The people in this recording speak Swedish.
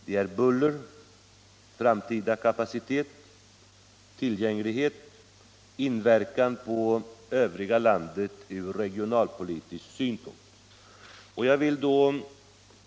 Det är buller, framtida kapacitet, tillgänglighet och inverkan på det övriga landet från regionalpolitisk synpunkt.